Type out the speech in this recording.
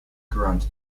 grand